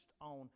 on